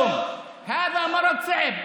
זו מחלה קשה.) נגמר הזמן,